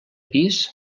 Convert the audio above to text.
pis